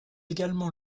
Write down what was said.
également